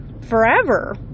forever